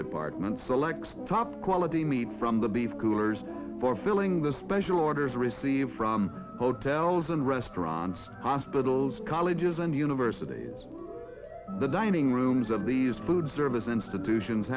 department selects top quality meat from the beef coolers for filling the special orders received from hotels and restaurants hospitals colleges and universities the dining rooms of these food service institutions